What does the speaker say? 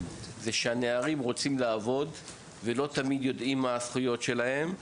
זה שהנערים רוצים לעבוד אבל לא תמיד יודעים מה הזכויות שלהם.